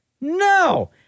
No